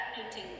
painting